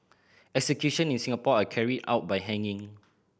execution in Singapore are carried out by hanging